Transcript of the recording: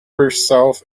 herself